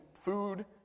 food